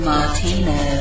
Martino